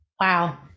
Wow